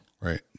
Right